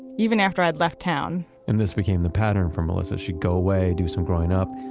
even after i'd left town. and this became the pattern for melissa. she'd go away, do some growing up,